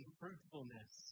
fruitfulness